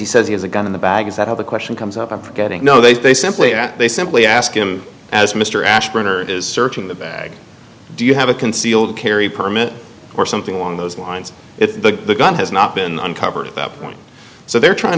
he says he has a gun in the bag is that how the question comes up i'm forgetting no they simply that they simply ask him as mr ashburn or it is searching the bag do you have a concealed carry permit or something along those lines if the gun has not been uncovered at that point so they're trying